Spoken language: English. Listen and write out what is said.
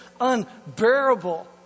unbearable